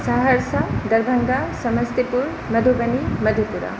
Saharsa Darbhanga Samastipur Madhubani Madhepura